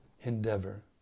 endeavor